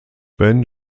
ben